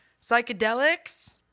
Psychedelics